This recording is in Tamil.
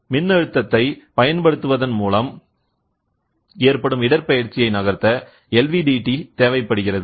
மின்னழுத்தத்தை பயன்படுத்துவதன் மூலம் ஏற்படும் இடப்பெயர்ச்சியை நகர்த்த LVDT தேவைப்படுகிறது